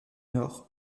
nord